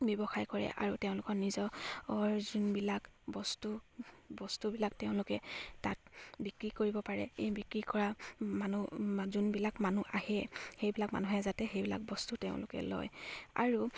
ব্যৱসায় কৰে আৰু তেওঁলোকৰ নিজৰ যোনবিলাক বস্তু বস্তুবিলাক তেওঁলোকে তাত বিক্ৰী কৰিব পাৰে এই বিক্ৰী কৰা মানুহ যোনবিলাক মানুহ আহে সেইবিলাক মানুহে যাতে সেইবিলাক বস্তু তেওঁলোকে লয় আৰু